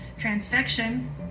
Transfection